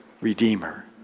Redeemer